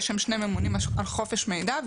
יש שם שני ממונים על חופש מידע,